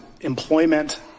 employment